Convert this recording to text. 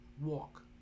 walk